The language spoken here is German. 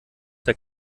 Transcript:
der